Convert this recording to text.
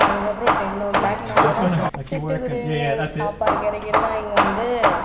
அதுக்கப்புறம் ten o'clock மேலேதான் சிட்டுக்குருவிங்கள் எங்கே சாப்பாடு கிடைக்கலன்னா இங்கே வந்து